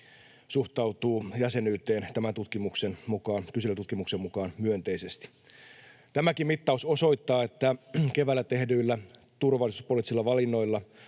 suhtautuu jäsenyyteen tämän kyselytutkimuksen mukaan myönteisesti. Tämäkin mittaus osoittaa, että keväällä tehdyillä turvallisuuspoliittisilla valinnoilla